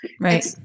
Right